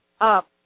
up